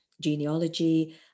genealogy